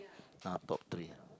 ah top three